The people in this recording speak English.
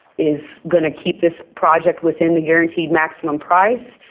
is going to keep this project within the guaranteed maximum price?